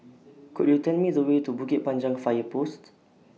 Could YOU Tell Me The Way to Bukit Panjang Fire Post